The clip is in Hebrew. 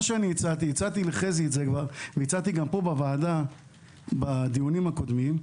הצעתי כבר לחזי שורצמן והצעתי גם כאן בוועדה בדיונים הקודמים,